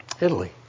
Italy